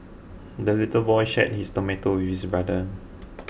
the little boy shared his tomato with his brother